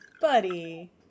Buddy